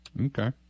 Okay